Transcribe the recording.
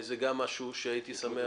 זה גם משהו שהייתי שמח